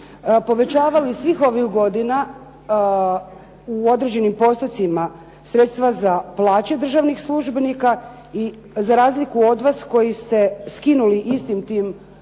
povećavali svih ovih godina u određenim postotcima sredstva za plaće državnih službenika i za razliku od vas koji ste skinuli istim tim državnim